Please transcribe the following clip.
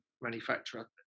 manufacturer